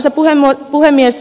arvoisa puhemies